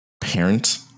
parent